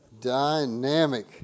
dynamic